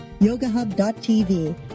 yogahub.tv